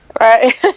right